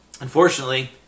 Unfortunately